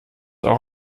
auch